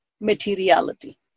materiality